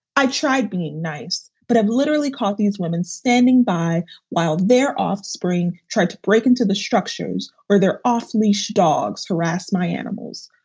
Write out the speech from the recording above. i tried being nice, but i've literally caught these women standing by while their offspring tried to break into the structures or they're off leash. dogs harass my animals.